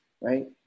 right